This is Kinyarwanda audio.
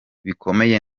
bikomeye